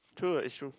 true lah is true